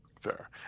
Fair